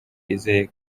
yizeye